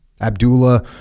Abdullah